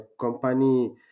company